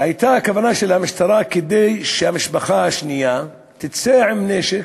והכוונה של המשטרה הייתה שהמשפחה השנייה תצא עם נשק,